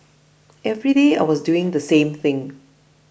every day I was doing the same thing